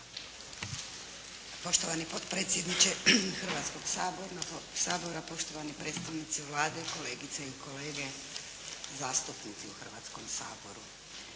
Poštovani potpredsjedniče Hrvatskoga sabora, poštovani predstavnici Vlade, kolegice i kolege zastupnici u Hrvatskom saboru.